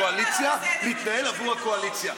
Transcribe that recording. הקואליציה, להתנהל עבור הקואליציה.